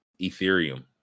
Ethereum